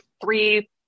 three